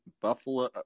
Buffalo